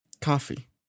Coffee